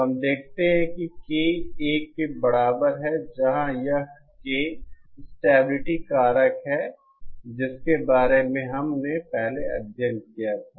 तो हम देखते हैं कि K 1 के बराबर है जहां यह K स्टेबिलिटी कारक है जिसके बारे में हमने पहले अध्ययन किया था